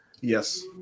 Yes